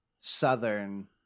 southern